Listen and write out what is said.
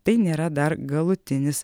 tai nėra dar galutinis